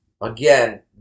again